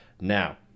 Now